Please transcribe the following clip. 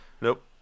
Nope